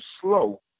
slow